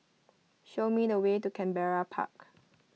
show me the way to Canberra Park